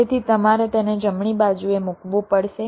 તેથી તમારે તેને જમણી બાજુએ મૂકવું પડશે